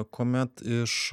kuomet iš